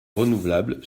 renouvelable